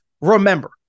Remember